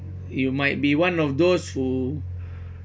you might be one of those who